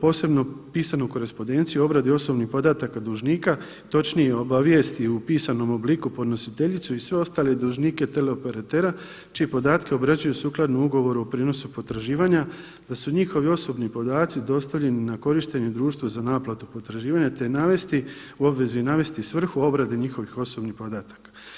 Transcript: posebnu pisanu korespondenciju o obradi osobnih podataka dužnika, točnije obavijesti u pisanom obliku podnositeljicu i sve ostale dužnike teleoperatera čije podatke obrađuje sukladno ugovoru o prijenosu potraživanja, da su njihovi osobni podaci dostavljeni na korištenje društvu za naplatu potraživanja, te navesti u obvezi svrhu obrade njihovih osobnih podataka.